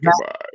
goodbye